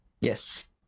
yes